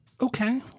okay